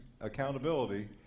accountability